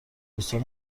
دوستان